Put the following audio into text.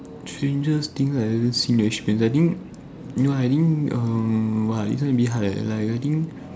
strangest thing I've ever seen or experience I think you know I think err !wah! this one a bit hard leh like I think